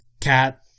Cat